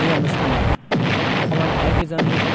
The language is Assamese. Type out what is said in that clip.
এই অনুস্থানত অসমৰ ভালেই কেইজন